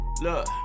Look